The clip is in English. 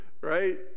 right